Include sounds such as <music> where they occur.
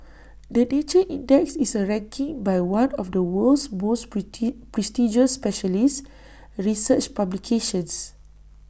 the nature index is A ranking by one of the world's most <unintelligible> prestigious specialist research publications